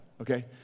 Okay